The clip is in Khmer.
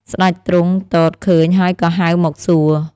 ស្ដេចទ្រង់ទតឃើញហើយក៏ហៅមកសួរ។